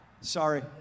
Sorry